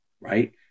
Right